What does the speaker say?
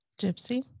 Gypsy